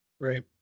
Right